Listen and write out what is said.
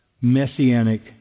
messianic